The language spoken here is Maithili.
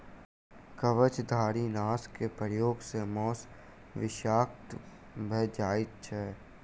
कवचधारीनाशक प्रयोग सॅ मौस विषाक्त भ जाइत छै